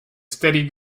steady